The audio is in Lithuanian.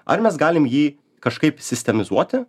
ar mes galime jį kažkaip sistematizuoti